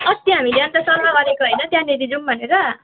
अस्ति हामीले अनि त सल्लाह गरेको हैन त्यहाँनेरि जाऔँ भनेर